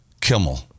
Kimmel